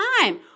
time